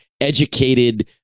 educated